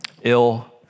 ill